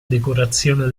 decorazione